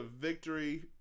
victory